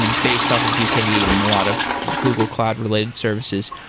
and based off of jke and a lot of google cloud related services.